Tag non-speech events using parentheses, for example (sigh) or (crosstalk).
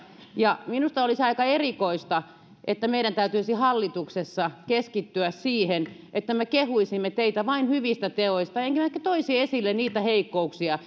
minusta olisi aika erikoista että meidän täytyisi hallituksessa keskittyä siihen että me kehuisimme teitä vain hyvistä teoista emmekä ehkä toisi esille niitä heikkouksia (unintelligible)